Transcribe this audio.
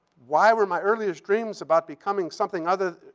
why were my earliest dreams about becoming something other